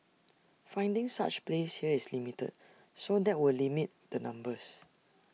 finding such A place here is limited so that will limit the numbers